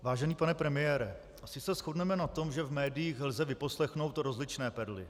Vážený pane premiére, asi se shodneme na tom, že v médiích lze vyposlechnout rozličné perly.